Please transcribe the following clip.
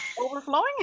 Overflowing